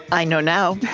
i know now